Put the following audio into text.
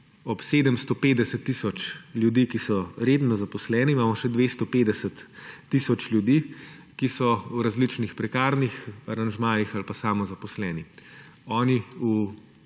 ob 750 tisoč ljudi, ki so redno zaposleni, imamo še 250 tisoč ljudi, ki so v različnih prekarnih aranžmajih ali pa samozaposleni – oni v